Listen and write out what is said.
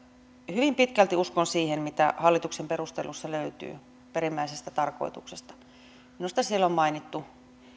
hyvin pitkälti uskon siihen mitä hallituksen perusteluissa löytyy perimmäisestä tarkoituksesta minusta siellä on mainittu